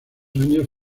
años